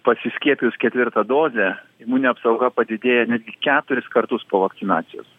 pasiskiepijus ketvirta doze imuninė apsauga padidėja netgi keturis kartus po vakcinacijos